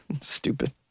Stupid